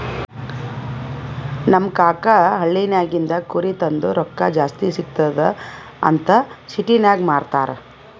ನಮ್ ಕಾಕಾ ಹಳ್ಳಿನಾಗಿಂದ್ ಕುರಿ ತಂದು ರೊಕ್ಕಾ ಜಾಸ್ತಿ ಸಿಗ್ತುದ್ ಅಂತ್ ಸಿಟಿನಾಗ್ ಮಾರ್ತಾರ್